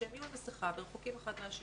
שהם יהיו עם מסכה ורחוקים אחד מהשני.